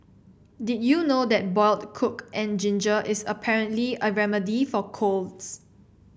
did you know that boiled coke and ginger is apparently a remedy for colds